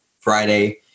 Friday